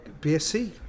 BSc